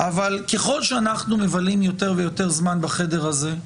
אבל ככל שאנחנו מבלים יותר ויותר זמן בחדר הזה,